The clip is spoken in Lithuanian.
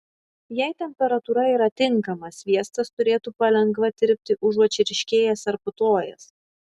jei temperatūra yra tinkama sviestas turėtų palengva tirpti užuot čirškėjęs ar putojęs